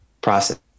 process